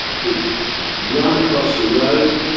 to run across the road,